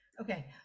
Okay